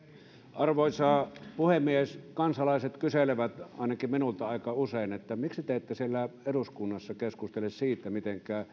arvoisa puhemies kansalaiset kyselevät ainakin minulta aika usein miksi te ette siellä eduskunnassa keskustele siitä mitenkä